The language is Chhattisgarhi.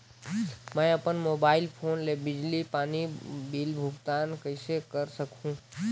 मैं अपन मोबाइल फोन ले बिजली पानी बिल भुगतान कइसे कर सकहुं?